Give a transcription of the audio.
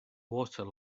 water